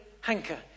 hanker